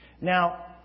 Now